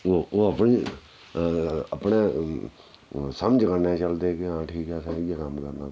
ओह् ओह् अपनी अपने समझ कन्नै चलदे कि हां ठीक असें इ'यै कम्म करना